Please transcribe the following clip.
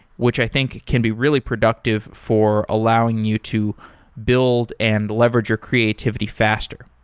which i think can be really productive for allowing you to build and leverage your creativity faster.